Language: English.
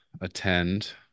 attend